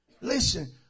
Listen